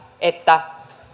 että